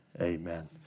Amen